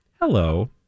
Hello